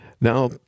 Now